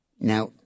Now